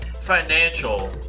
financial